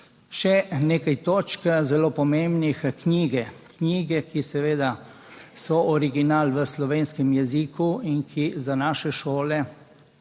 Še nekaj točk, zelo pomembnih knjige. Knjige, ki seveda so original v slovenskem jeziku in za naše šole.